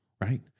right